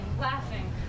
laughing